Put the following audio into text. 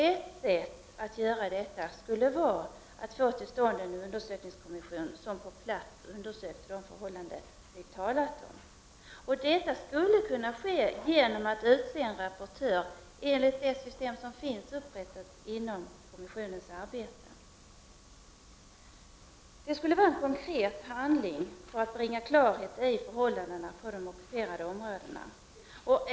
Ett sätt att göra detta skulle vara att få till stånd en undersökningskommission som på plats undersökte de förhållanden vi här talar om. Detta skulle kunna ske genom att man utser en rapportör enligt det system som finns upprättat för kommissionens arbete. Det skulle vara en konkret handling i syfte att bringa klarhet i förhållandena på de ockuperade områdena.